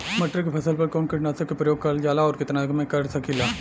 मटर के फसल पर कवन कीटनाशक क प्रयोग करल जाला और कितना में कर सकीला?